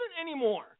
anymore